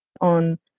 on